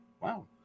Wow